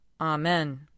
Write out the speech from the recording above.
Amen